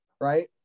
Right